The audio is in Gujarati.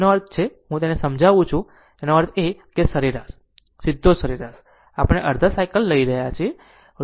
તેથી તેનો અર્થ છે ચાલો હું તેને સમજાવું તેનો અર્થ એ કે સરેરાશ સીધો સરેરાશ આપણે અડધા સાયકલ લઈ રહ્યા છીએ